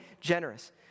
generous